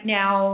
now